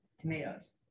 tomatoes